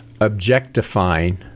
objectifying